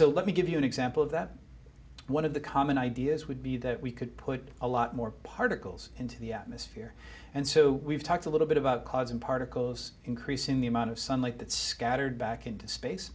so let me give you an example of that one of the common ideas would be that we could put a lot more particles into the atmosphere and so we've talked a little bit about cause and particles increasing the amount of sunlight that scattered back into space